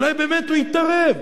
אולי באמת הוא יתערב